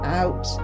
out